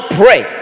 pray